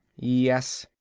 yes,